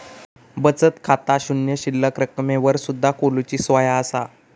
बचत खाता शून्य शिल्लक रकमेवर सुद्धा खोलूची सोया असा